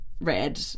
red